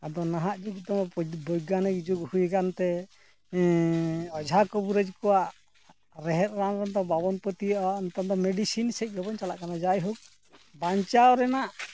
ᱟᱫᱚ ᱱᱟᱦᱟᱜ ᱡᱩᱜᱽ ᱫᱚ ᱵᱳᱭᱜᱟᱱᱤᱠ ᱡᱩᱜᱽ ᱦᱩᱭᱟᱠᱟᱱᱛᱮ ᱚᱡᱷᱟ ᱠᱚᱵᱤᱨᱟᱡ ᱠᱚᱣᱟᱜ ᱨᱮᱦᱮᱫ ᱨᱟᱱ ᱨᱮᱫᱚ ᱵᱟᱵᱚᱱ ᱯᱟᱹᱛᱭᱟᱹᱜᱼᱟ ᱱᱮᱛᱟᱨ ᱫᱚ ᱢᱤᱰᱤᱥᱤᱱ ᱥᱮᱫ ᱜᱮᱵᱚᱱ ᱪᱟᱞᱟᱜ ᱠᱟᱱᱟ ᱡᱟᱭᱦᱳᱠ ᱵᱟᱧᱪᱟᱣ ᱨᱮᱱᱟᱜ